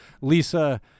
Lisa